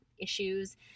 issues